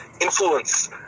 influence